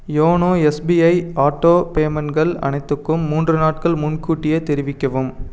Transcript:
YONO SBI auto பேமெண்ட்கள் அனைத்துக்கும் மூன்று நாட்கள் முன்கூட்டியே தெரிவிக்கவும்